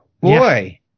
boy